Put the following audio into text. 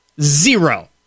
Zero